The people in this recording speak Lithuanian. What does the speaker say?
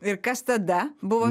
ir kas tada buvo